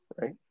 right